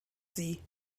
sie